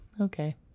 okay